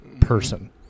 person